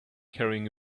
carrying